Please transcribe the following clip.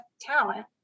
talent